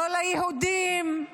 לא ליהודים,